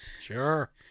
Sure